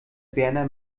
berner